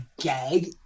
gag